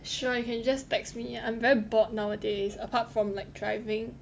sure you can just text me I'm very bored nowadays apart from like driving